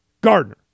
Gardner